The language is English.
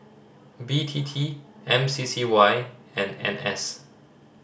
B T T M C C Y and N S